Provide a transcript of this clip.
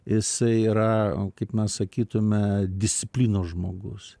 jisai yra kaip mes sakytume disciplinos žmogus